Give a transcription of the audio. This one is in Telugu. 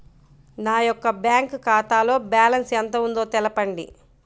నా యొక్క బ్యాంక్ ఖాతాలో బ్యాలెన్స్ ఎంత ఉందో తెలపండి?